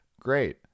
great